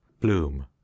bloom